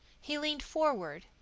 he leaned forward,